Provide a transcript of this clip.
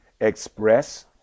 express